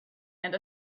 and